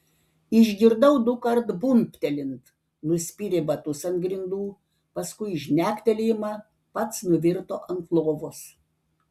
išgirdau dukart bumbtelint nuspyrė batus ant grindų paskui žnektelėjimą pats nuvirto ant lovos